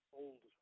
old